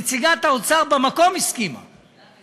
נציגת האוצר הסכימה בַּמקום.